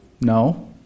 No